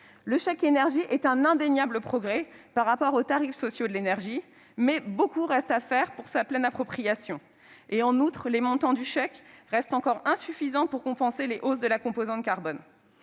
Le chèque énergie est un indéniable progrès par rapport aux tarifs sociaux de l'énergie, mais beaucoup reste à faire pour sa pleine appropriation. En outre, ses montants paraissent encore insuffisants pour compenser les hausses de la composante carbone.